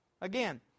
Again